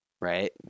Right